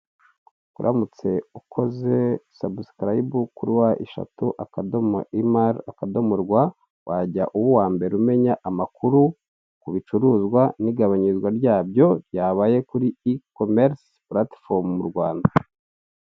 Uramutse ukoze sabusikarayibu kuri wa eshatu akadomo imari akadomo rwa warya uba uwa mbere umenya amakuru ku bicuruzwa n'igabanyirizwa ryabyo ryabaye kuri ikomerise puratifomu mu Rwanda.